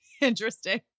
interesting